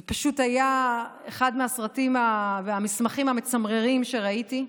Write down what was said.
זה פשוט היה אחד מהסרטים והמסמכים המצמררים שראיתי.